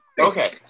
Okay